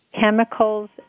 Chemicals